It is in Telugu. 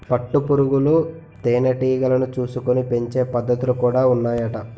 పట్టు పురుగులు తేనె టీగలను చూసుకొని పెంచే పద్ధతులు కూడా ఉన్నాయట